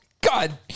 god